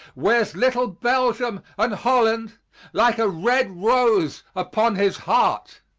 wears little belgium and holland like a red rose upon his heart.